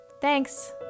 Thanks